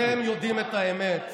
אתם יודעים את האמת.